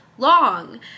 long